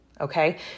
okay